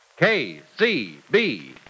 KCB